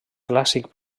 clàssic